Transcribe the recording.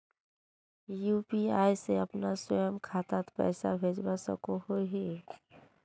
UPI से अपना स्वयं खातात पैसा भेजवा सकोहो ही?